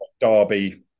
derby